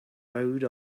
wrote